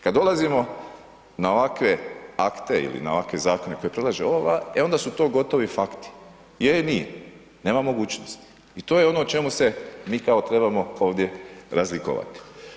Kad dolazimo na ovakve akte ili na ovakva zakone koje predlaže ova Vlada e onda su to gotovi fakti je ili nije, nema mogućnosti i to je ono o čemu se mi kao trebamo ovdje razlikovati.